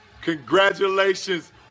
Congratulations